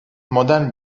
modern